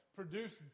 produce